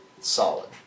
solid